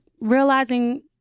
realizing